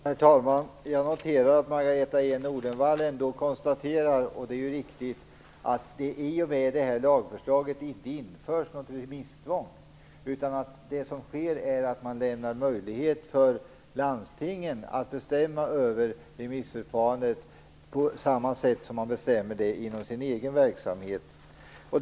Herr talman! Jag noterar att Margareta E Nordenvall konstaterar, och det är riktigt, att det i och med detta lagförslag inte införs något remisstvång. Det som sker är att man lämnar möjlighet för landstingen att bestämma över remissförfarandet på samma sätt som inom den egna verksamheten.